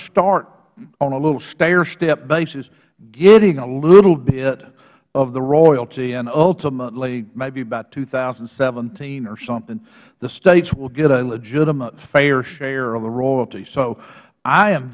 start on a little stairstep basis getting a little bit of the royalty and ultimately maybe about two thousand and seventeen or something the states will get a legitimate fair share of the royalties so i am